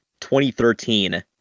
2013